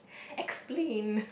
explain